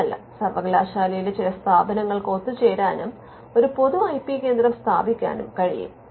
മാത്രമല്ല സർവ്വകലാശാലയിലെ ചില സ്ഥാപനങ്ങൾക്ക് ഒത്തുചേരാനും ഒരു പൊതു ഐ പി കേന്ദ്രം സ്ഥാപിക്കാനും കഴിയും